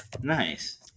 Nice